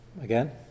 Again